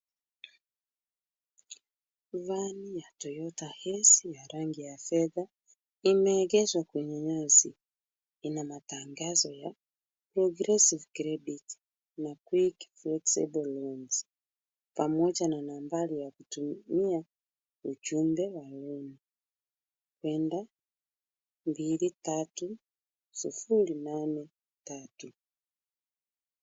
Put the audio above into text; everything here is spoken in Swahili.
van ya Toyota Hiace ya rangi ya fedha imeegeshwa kwenye nyasi ina matangazo ya progressive credit na quick saving loans pamoja na nambari ya vitumia kenda mbili tatu sufuri nane tatu.